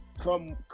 Come